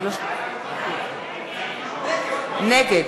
נגד